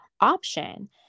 option